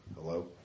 hello